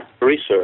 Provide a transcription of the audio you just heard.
research